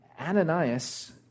Ananias